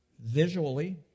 visually